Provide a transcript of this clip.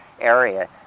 area